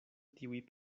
tiuj